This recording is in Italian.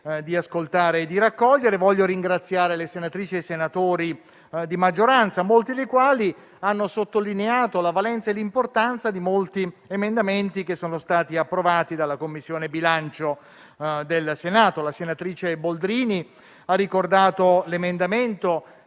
di ascoltare e di raccogliere. Voglio ringraziare le senatrici e i senatori di maggioranza, molti dei quali hanno sottolineato la valenza e l'importanza di molti emendamenti che sono stati approvati dalla Commissione bilancio del Senato. La senatrice Boldrini ha ricordato l'emendamento